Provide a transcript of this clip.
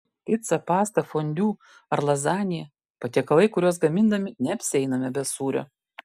pica pasta fondiu ar lazanija patiekalai kuriuos gamindami neapsieiname be sūrio